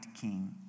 king